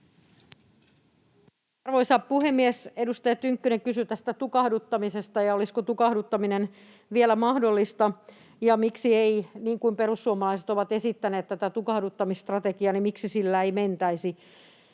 Arvoisa puhemies! Edustaja Tynkkynen kysyi tästä tukahduttamisesta ja siitä, olisiko tukahduttaminen vielä mahdollista — kun perussuomalaiset ovat esittäneet tätä tukahduttamisstrategiaa, niin miksi sillä ei mentäisi.